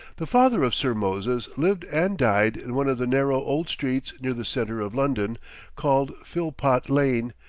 the father of sir moses lived and died in one of the narrow old streets near the centre of london called philpot lane,